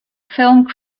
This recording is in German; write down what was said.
film